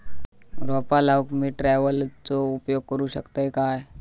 रोपा लाऊक मी ट्रावेलचो उपयोग करू शकतय काय?